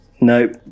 Nope